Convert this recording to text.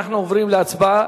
אנחנו עוברים להצבעה,